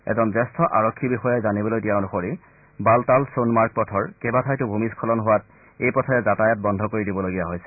এজন জ্যেষ্ঠ আৰক্ষী বিষয়াই জানিবলৈ দিয়া অনুসৰি বালতাল সোণমাৰ্গ পথৰ কেইবাঠাইতো ভূমিস্খলন হোৱাত এই পথেৰে যাতায়াত বন্ধ কৰি দিবলগীয়া হয়